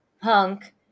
Punk